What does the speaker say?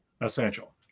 essential